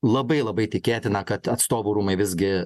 labai labai tikėtina kad atstovų rūmai visgi